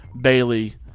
Bailey